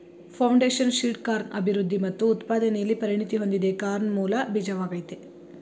foundation seed corn ಅಭಿವೃದ್ಧಿ ಮತ್ತು ಉತ್ಪಾದನೆಲಿ ಪರಿಣತಿ ಹೊಂದಿದೆ ಕಾರ್ನ್ ಮೂಲ ಬೀಜವಾಗಯ್ತೆ